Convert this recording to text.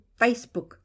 Facebook